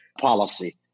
policy